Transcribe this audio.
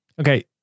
Okay